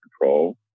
control